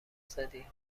زدی